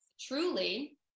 truly